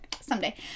Someday